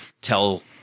tell